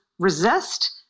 resist